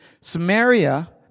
Samaria